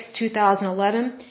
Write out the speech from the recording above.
2011